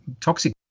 toxic